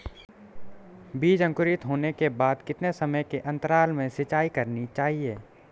बीज अंकुरित होने के बाद कितने समय के अंतराल में सिंचाई करनी चाहिए?